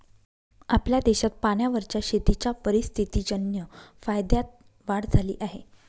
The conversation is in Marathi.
आपल्या देशात पाण्यावरच्या शेतीच्या परिस्थितीजन्य फायद्यात वाढ झाली आहे